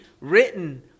written